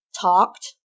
talked